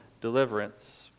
deliverance